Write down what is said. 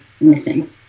missing